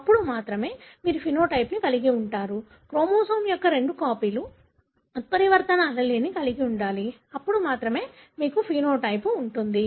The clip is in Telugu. అప్పుడు మాత్రమే మీరు సమలక్షణాన్ని కలిగి ఉంటారు క్రోమోజోమ్ యొక్క రెండు కాపీలు ఉత్పరివర్తన allele కలిగి ఉండాలి అప్పుడు మీకు మాత్రమే ఫెనోటైప్ ఉంటుంది